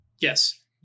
yes